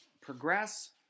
progress